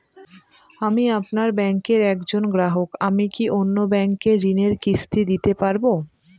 আমি আপনার ব্যাঙ্কের একজন গ্রাহক আমি কি অন্য ব্যাঙ্কে ঋণের কিস্তি দিতে পারবো?